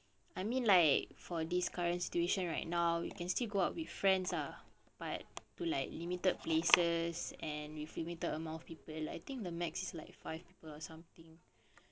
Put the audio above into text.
I mean like for this current situation right now you can still go out with friends ah but to like limited places and with limited amount of people I think the max is like five people or something